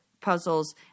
puzzles